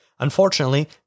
Unfortunately